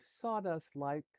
sawdust-like